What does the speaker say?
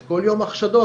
יש כל יום החשדות,